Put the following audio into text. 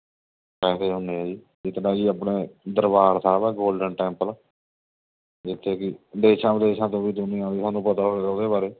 package ਹੁਦੇ ਹੈ ਜੀ ਜਿਸ ਤਰ੍ਹਾਂ ਜੀ ਆਪਣੇ ਦਰਬਾਰ ਸਾਹਿਬ ਹੈ ਗੌਲਡਨ ਟੈਂਪਲ ਜਿੱਥੇ ਕੀ ਦੇਸ਼ਾਂ ਵਿਦੇਸ਼ਾ ਤੋਂ ਵੀ ਦੁਨੀਆ ਆਉਂਦੀ ਤੁਹਾਨੂੰ ਪਤਾ ਹੋਏਗਾ ਉਹਦੇ ਬਾਰੇ